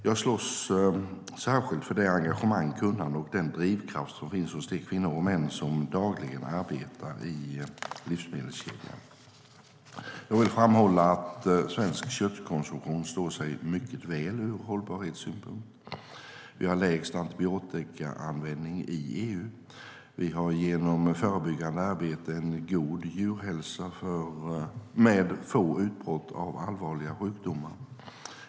Jag slås särskilt av det engagemang, kunnande och den drivkraft som finns hos de kvinnor och män som dagligen arbetar i livsmedelskedjan. Jag vill framhålla att svensk köttproduktion står sig mycket väl ur hållbarhetssynpunkt. Vi har lägst antibiotikaanvändning i EU. Vi har genom förebyggande arbete en god djurhälsa med få utbrott av allvarliga sjukdomar.